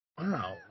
Wow